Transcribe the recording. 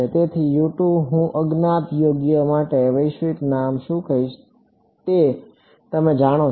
તેથી હું અજ્ઞાત યોગ્ય માટે વૈશ્વિક નામ શું કહીશ તે તમે જાણો છો